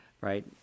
right